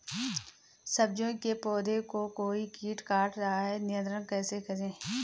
सब्जियों के पौधें को कोई कीट काट रहा है नियंत्रण कैसे करें?